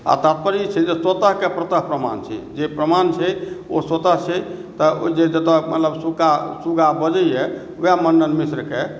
तातपर्य ई छै जे तोता के परत प्रमाण छै जे प्रमाण छै ओ स्वतः छै तऽ ओ जे जतौ मतलब सुगा सुगा बजैया वएह मण्डन मिश्रके